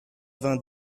vingt